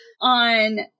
on